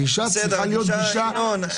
הגישה צריכה להיות גישה --- ינון,